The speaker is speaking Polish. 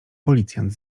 policjant